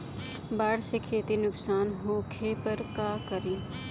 बाढ़ से खेती नुकसान होखे पर का करे?